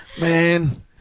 Man